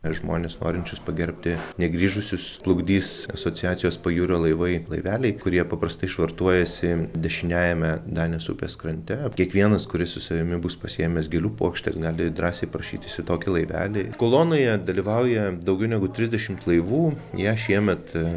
žmones norinčius pagerbti negrįžusius plukdys asociacijos pajūrio laivai laiveliai kurie paprastai švartuojasi dešiniajame danės upės krante o kiekvienas kuris su savimi bus pasiėmęs gėlių puokštę gali drąsiai prašytis į tokį laivelį kolonoje dalyvauja daugiau negu trisdešimt laivų ją šiemet